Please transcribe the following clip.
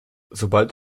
sobald